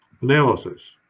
analysis